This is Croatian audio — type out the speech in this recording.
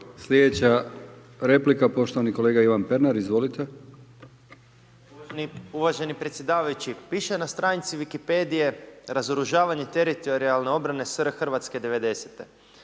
Sljedeća replika poštovani kolega Ivan Pernar. Izvolite. **Pernar, Ivan (Živi zid)** Uvaženi predsjedavajući, piše na stranici Wikipedije: „Razoružavanje teritorijalne obrane SR Hrvatske 90.“